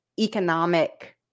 economic